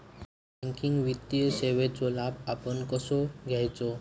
Banking वित्तीय सेवाचो लाभ आपण कसो घेयाचो?